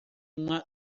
uma